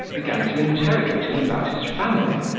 began to interrogate him about his family,